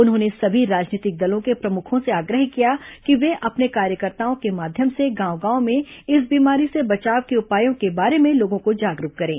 उन्होंने सभी राजनीतिक दलों के प्रमुखों से आग्रह किया कि वे अपने कार्यकर्ताओं के माध्यम से गांव गांव में इस बीमारी से बचाव के उपायों के बारे में लोगों को जागरूक करें